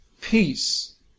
peace